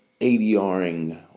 ADRing